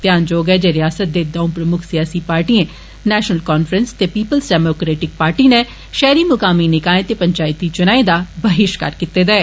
ध्यानजोग ऐ जे रियासता दे दौंऊ प्रमुक्ख सियासी पार्टियें नैश्नल कान्फ्रैंस ते पीपल्स डैमोक्रेटिक पार्टी नै शहरी मकामी निकाएं ते पंचैती दौने चुनाएं दा बहिष्कार कीते दा ऐ